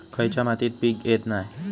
खयच्या मातीत पीक येत नाय?